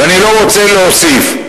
ואני לא רוצה להוסיף.